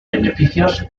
beneficios